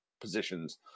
positions